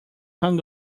hung